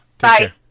Bye